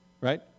Right